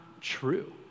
true